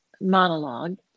monologue